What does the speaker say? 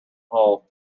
hall